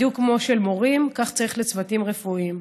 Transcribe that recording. בדיוק כמו אצל מורים, כך צריך אצל צוותים רפואיים.